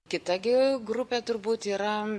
kita gi grupė turbūt yra